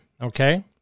Okay